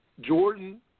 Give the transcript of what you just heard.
Jordan